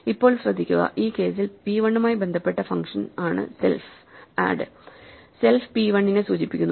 ഇപ്പോൾ ശ്രദ്ധിക്കുക ഈ കേസിൽ p 1 മായി ബന്ധപ്പെട്ട ഫങ്ഷൻ ആണ് സെൽഫ് ആഡ് സെൽഫ് p 1 നെ സൂചിപ്പിക്കുന്നു